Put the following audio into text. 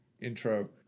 intro